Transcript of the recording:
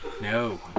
No